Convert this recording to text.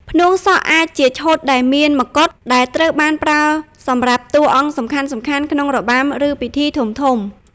ផ្នួងសក់អាចជា ឈុតដែលមានម្កុដ ដែលត្រូវបានប្រើសម្រាប់តួអង្គសំខាន់ៗក្នុងរបាំ ឬពិធីធំៗ។